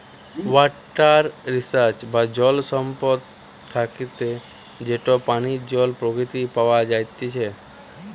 water resource বা জল সম্পদ থাকতিছে যেটি পানীয় জল প্রকৃতিতে প্যাওয়া জাতিচে